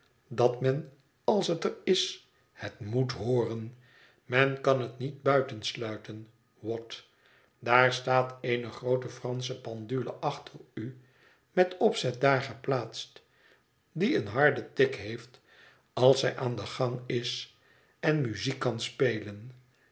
dat men als het er is het moet hooren men kan het niet buitensluiten watt daar staat eene groote fransche pendule achter u met opzet daar geplaatst die een harden tik heeft als zij aan den gang is en muziek kan spelen